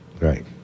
right